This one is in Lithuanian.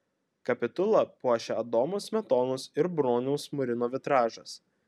kapitulą puošią adomo smetonos ir broniaus murino vitražas